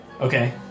Okay